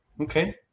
Okay